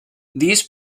these